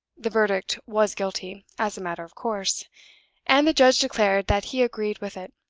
the verdict was guilty, as a matter of course and the judge declared that he agreed with it.